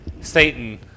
Satan